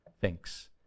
thinks